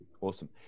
Awesome